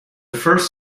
first